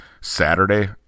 Saturday